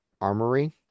armory